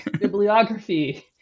bibliography